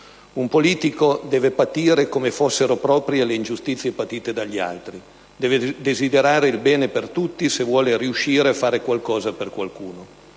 «Un politico deve patire come fossero proprie le ingiustizie patite dagli altri; deve desiderare il bene per tutti se vuole riuscire a fare qualcosa per qualcuno».